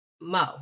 Mo